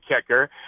kicker